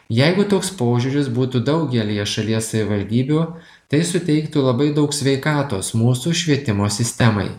jeigu toks požiūris būtų daugelyje šalies savivaldybių tai suteiktų labai daug sveikatos mūsų švietimo sistemai